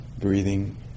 breathing